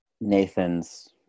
Nathan's